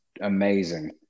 amazing